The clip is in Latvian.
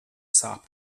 sāp